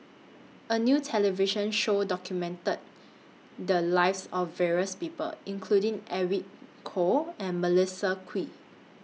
A New television Show documented The Lives of various People including Edwin Koo and Melissa Kwee